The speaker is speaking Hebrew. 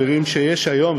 שיש היום,